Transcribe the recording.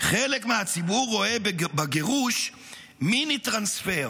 "חלק מהציבור רואה בגירוש מיני-טרנספר,